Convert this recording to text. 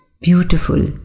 beautiful